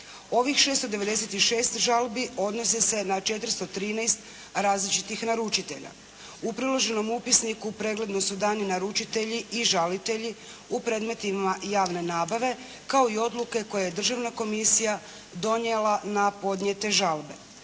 Ovih 696 žalbi odnose se na 413 različitih naručitelja. U priloženom upisniku pregledno su dani naručitelji i žalitelji u predmetima javne nabave kao i odluke koje je državna komisija donijela na podnijete žalbe.